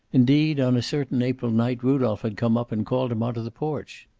indeed, on a certain april night rudolph had come up and called him onto the porch.